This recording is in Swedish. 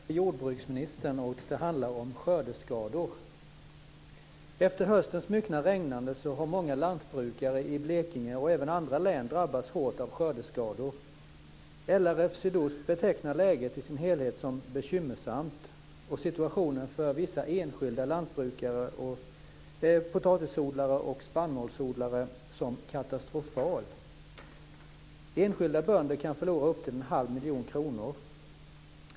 Fru talman! Min fråga riktas till jordbruksministern och handlar om skördeskador. Efter höstens myckna regnande har många lantbrukare i Blekinge och även andra län drabbats hårt av skördeskador. LRF Sydost betecknar läget i sin helhet som bekymmersamt. Vissa enskilda lantbrukare, potatisodlare och spannmålsodlare betecknar situationen som katastrofal. Enskilda bönder kan förlora upp till en halv miljon kronor.